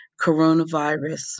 coronavirus